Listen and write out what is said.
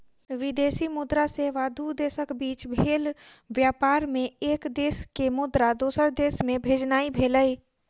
विदेशी मुद्रा सेवा दू देशक बीच भेल व्यापार मे एक देश के मुद्रा दोसर देश मे भेजनाइ भेलै